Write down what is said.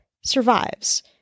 survives